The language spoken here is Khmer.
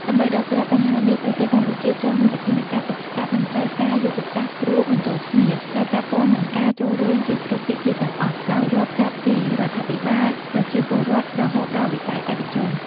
ដើម្បីដោះស្រាយបញ្ហានេះប្រទេសកម្ពុជាត្រូវមានវិធានការទប់ស្កាត់និងត្រូវការយុទ្ធសាស្ត្ររួមបញ្ចូលគ្នា ដែលពាក់ព័ន្ធនឹងការចូលរួមពីគ្រប់ភាគីទាំងអស់ ដោយរាប់ចាប់ពីរដ្ឋាភិបាល ប្រជាពលរដ្ឋ រហូតដល់វិស័យឯកជន។